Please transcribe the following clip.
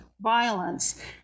violence